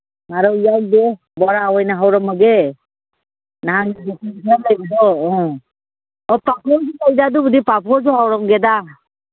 ꯉꯥꯔꯧ ꯌꯥꯎꯗꯦ ꯕꯣꯔꯥ ꯑꯣꯏꯅ ꯍꯧꯔꯝꯃꯒꯦ ꯅꯍꯥꯟꯒꯤ ꯕꯦꯁꯣꯟ ꯈꯔ ꯂꯩꯕꯗꯣ ꯑꯥ ꯄꯥꯐꯣꯔꯁꯨ ꯇꯧꯁꯦ ꯑꯗꯨꯕꯨꯗꯤ ꯄꯥꯐꯣꯔꯁꯨ ꯍꯧꯔꯝꯒꯦꯗ